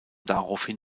daraufhin